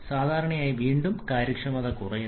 സാധാരണയായി നമുക്ക് വീണ്ടും കാര്യക്ഷമത കുറയുന്നു